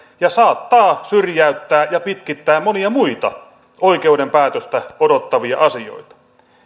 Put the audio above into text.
ja saattaa syrjäyttää ja pitkittää monia muita oikeuden päätöstä odottavia asioita